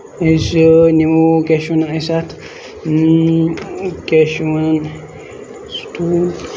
یہِ چھُ نِمو کیاہ چھِ وَنان أسۍ اَتھ کیاہ چھِ وَنان